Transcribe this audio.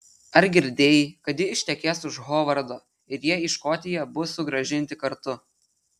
ar girdėjai kad ji ištekės už hovardo ir jie į škotiją bus sugrąžinti kartu